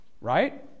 right